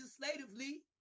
legislatively